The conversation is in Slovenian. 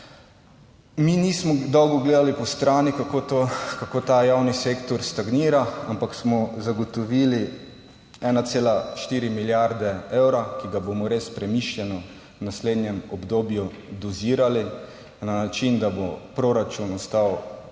Mi nismo dolgo gledali po strani, kako ta javni sektor stagnira, ampak smo zagotovili 1,4 milijarde evra, ki ga bomo res premišljeno v naslednjem obdobju dozirali na način, da bo proračun ostal